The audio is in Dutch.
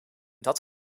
dat